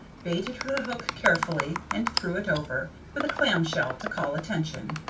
baited her hook carefully, and threw it over, with a clam-shell to call attention.